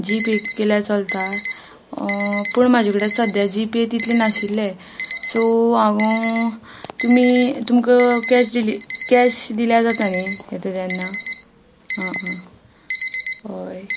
जी पे केल्या चलता पूण म्हजे कडेन सद्द्या जी पे तितले नाशिल्ले सो हांवू तुमी तुमकां कॅश कॅश दिल्या जाता न्ही हे तेन्ना आं आं हय